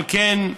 על כן,